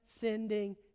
sending